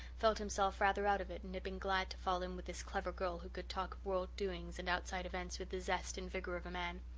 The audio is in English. felt himself rather out of it, and had been glad to fall in with this clever girl who could talk of world doings and outside events with the zest and vigour of a man.